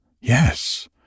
Yes